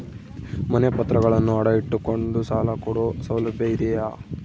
ಮನೆ ಪತ್ರಗಳನ್ನು ಅಡ ಇಟ್ಟು ಕೊಂಡು ಸಾಲ ಕೊಡೋ ಸೌಲಭ್ಯ ಇದಿಯಾ?